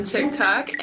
TikTok